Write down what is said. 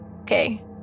Okay